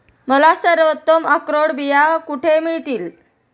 मला सर्वोत्तम अक्रोड बिया कुठे मिळतील